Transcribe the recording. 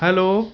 hello